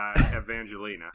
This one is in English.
evangelina